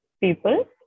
people